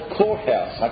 courthouse